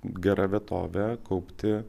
gera vietovė kaupti